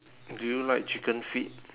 do you like chicken feet